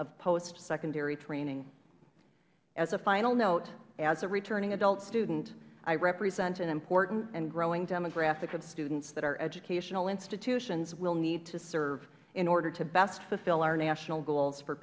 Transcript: of post secondary training as a final note as a returning adult student i represent an important and growing demographic of students that our educational institutions will need to serve in order to best fulfill our national goals for